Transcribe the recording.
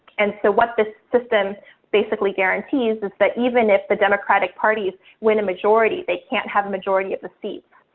and so what this system basically guarantees is that even if the democratic parties win a majority, they can't have a majority of the seats,